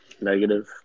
negative